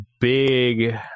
big